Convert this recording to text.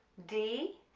d,